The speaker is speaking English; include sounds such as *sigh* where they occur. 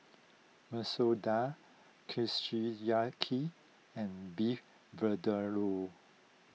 Masoor Dal *unintelligible* and Beef Vindaloo